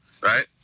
right